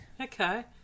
Okay